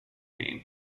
being